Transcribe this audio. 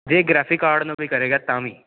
ਜੇ graphic card ਨੂੰ ਕੋਈ ਕਰੇਗਾ ਤਾਂ ਵੀ